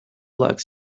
likes